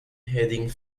heading